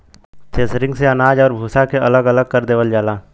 threshing से अनाज आउर भूसा के अलग अलग कर देवल जाला